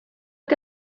que